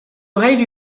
oreilles